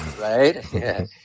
Right